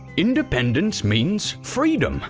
independence means freedom